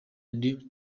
ndi